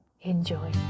enjoy